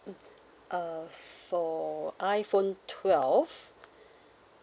mm uh for iphone twelve